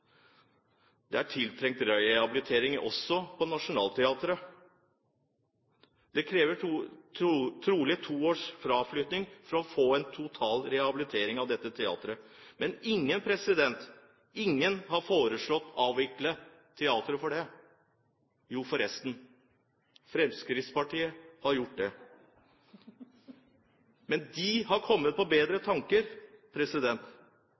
Det trengs rehabilitering også av Nationaltheatret. Det kreves trolig to års fraflytting for å få en total rehabilitering av dette teatret, men ingen har foreslått å avvikle teatret for det. Jo forresten, Fremskrittspartiet har gjort det. Men de har kommet på bedre